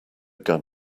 gun